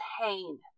pain